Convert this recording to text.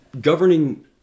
governing